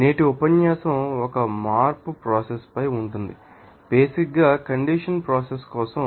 నేటి ఉపన్యాసం ఒక మార్పుప్రోసెస్ పై ఉంటుంది బేసిక్ ంగా కండెన్సషన్ ప్రోసెస్ కోసం